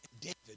David